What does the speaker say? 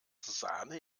sahne